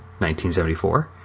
1974